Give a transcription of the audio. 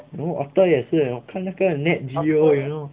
you know otter 也是我看那个 netview you know